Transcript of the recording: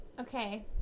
Okay